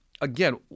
again